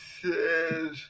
says